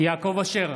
יעקב אשר,